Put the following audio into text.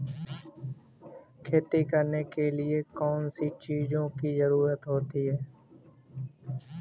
खेती करने के लिए कौनसी चीज़ों की ज़रूरत होती हैं?